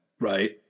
Right